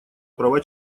права